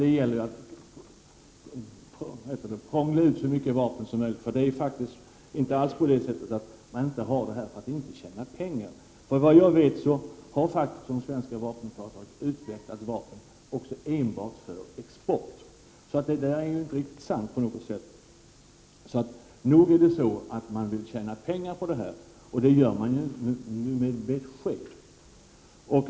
Det gäller att prångla ut så mycket vapen som möjligt. Det är inte alls sant att man exporterar vapen av något annat skäl än för att tjäna pengar. Vad jag vet har de svenska vapentillverkarna också utvecklat vapen enbart för export. Nog vill man tjäna pengar på exporten, och det gör man nu med besked.